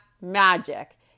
magic